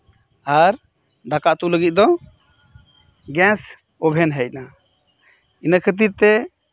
ᱟᱨ ᱫᱟᱠᱟ ᱩᱛᱩ ᱞᱟᱹᱜᱤᱫ ᱫᱚ ᱜᱮᱥ ᱳᱵᱷᱮᱱ ᱦᱮᱡ ᱮᱱᱟ ᱤᱱᱟᱹ ᱠᱷᱟᱹᱛᱤᱨ ᱛᱮ